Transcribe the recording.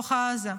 בתוך עזה.